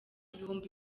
ibihumbi